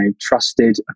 Trusted